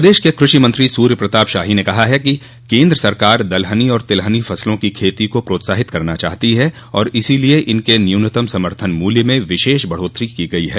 प्रदेश के कृषि मंत्री सूर्य प्रताप शाही ने कहा है कि केन्द्र सरकार दलहनी और तिलहनी फसलों की खेती को प्रोत्साहित करना चाहती है और इसीलिए इनके न्यूनतम समर्थन मूल्य में विशेष बढ़ोत्तरी की गई है